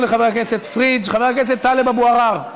חבר הכנסת טלב אבו עראר,